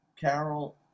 Carol